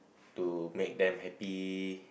to make them happy